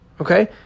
Okay